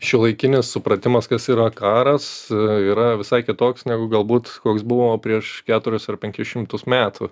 šiuolaikinis supratimas kas yra karas yra visai kitoks negu galbūt koks buvo prieš keturis ar penkis šimtus metų